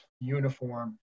uniform